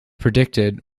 predicted